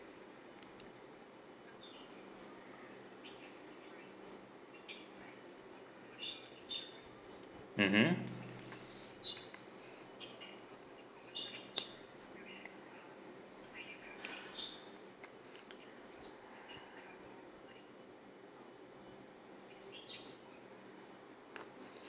mmhmm